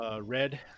Red